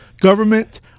Government